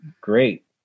great